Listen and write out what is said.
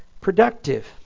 productive